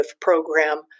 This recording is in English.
program